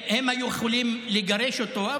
הם היו יכולים לגרש אותו,